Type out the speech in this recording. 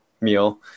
meal